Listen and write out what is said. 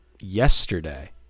yesterday